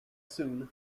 soon